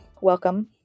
Welcome